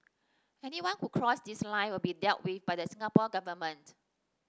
anyone who cross this line will be dealt with by the Singapore Government